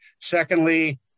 Secondly